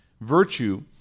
virtue